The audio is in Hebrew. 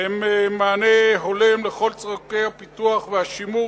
הן מענה הולם לכל צורכי הפיתוח והשימור